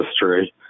history